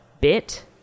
bit